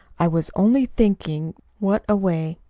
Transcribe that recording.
i was only thinking what a way.